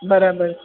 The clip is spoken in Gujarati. બરાબર